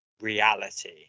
reality